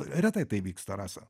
retai tai vyksta rasa